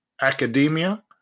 academia